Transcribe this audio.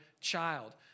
child